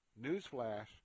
Newsflash